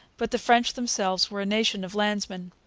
but the french themselves were a nation of landsmen.